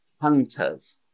hunters